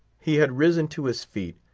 he had risen to his feet,